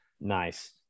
Nice